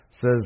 Says